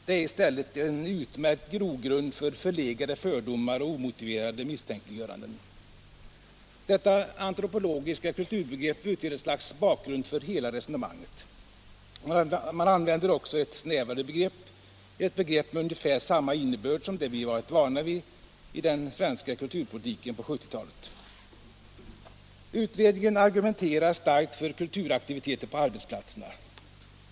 Det är i stället en utmärkt grogrund för förlegade fördomar och omotiverade misstänkliggöranden. Detta antropologiska kulturbegrepp utgör ett slags bakgrund för hela resonemanget. Man använder också ett snävare begrepp, ett begrepp med ungefär samma innebörd som det vi varit vana vid i den svenska kulturpolitiken på 1970-talet. Utredningen argumenterar starkt för kulturaktiviteter på arbetsplatserna.